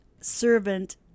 servant